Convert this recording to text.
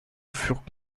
furent